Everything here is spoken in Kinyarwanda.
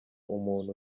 umuntu